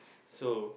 so